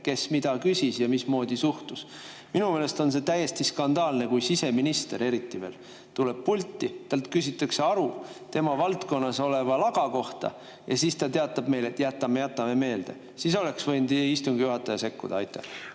kes mida küsis ja mismoodi suhtus. Minu meelest on see täiesti skandaalne, kui siseminister – eriti veel! – tuleb pulti, talt küsitakse aru tema valdkonnas oleva laga kohta ja siis ta teatab meile: "Jätame meelde." Siis oleks võinud istungi juhataja sekkuda. Aitäh!